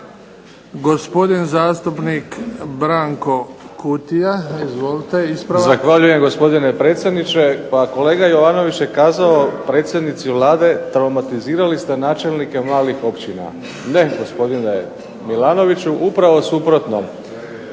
Gospodin zastupnik Branko Kutija. Izvolite, ispravak. **Kutija, Branko (HDZ)** Zahvaljujem, gospodine predsjedniče. Pa kolega Jovanović je kazao predsjednici Vlade "traumatizirali ste načelnike malih općina". Ne, gospodine Milanoviću, upravo suprotno.